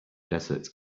desert